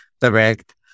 direct